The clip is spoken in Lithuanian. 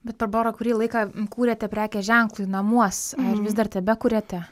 bet barbora kurį laiką kūrėte prekės ženklui namuos ar vis dar tebekuriate